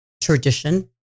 tradition